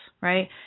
right